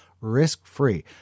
risk-free